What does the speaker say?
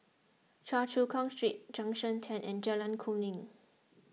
Choa Chu Kang Street Junction ten and Jalan Kemuning